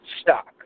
stock